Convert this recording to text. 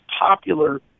popular